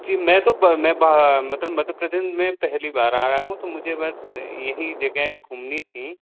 जी मैं तो ब मैं बा मतलब मतब मध्य प्रदेश में पहली बार आ रहा हूँ तो मुझे बस यही जगह घुमनी थी